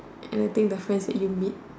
and I think the friends that you meet